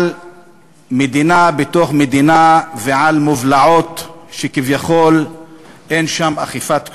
על מדינה בתוך מדינה ועל מובלעות שכביכול אין בהן אכיפת חוק,